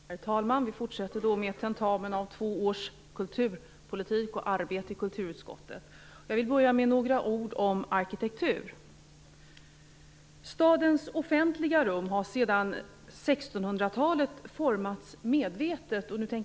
Herr talman! Vi fortsätter med tentamen av två års kulturpolitik och arbete i kulturutskottet. Jag vill börja med några ord om arkitektur. Stadens offentliga rum har sedan 1600-talet formats medvetet.